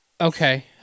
Okay